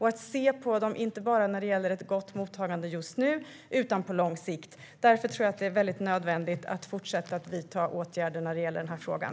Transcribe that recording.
Det handlar inte bara om ett gott mottagande just nu utan även på lång sikt. Därför är det nödvändigt att fortsätta vidta åtgärder i frågan.